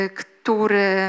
który